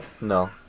No